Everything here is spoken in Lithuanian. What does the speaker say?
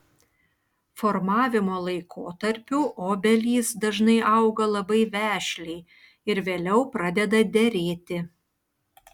formavimo laikotarpiu obelys dažnai auga labai vešliai ir vėliau pradeda derėti